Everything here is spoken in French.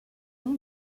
nom